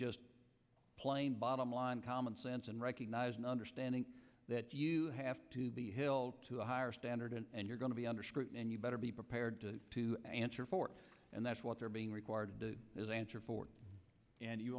just plain bottom line common sense and recognizing understanding that you have to be held to a higher standard and you're going to be under scrutiny and you better be prepared to answer for and that's what they're being required to do is answer for and you